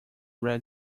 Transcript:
red